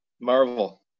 Marvel